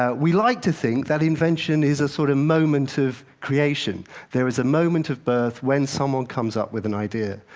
um we like to think that invention is a sort of moment of creation there is a moment of birth when someone comes up with an idea.